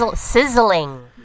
Sizzling